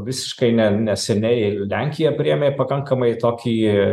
visiškai ne neseniai lenkija priėmė pakankamai tokį